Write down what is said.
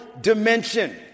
dimension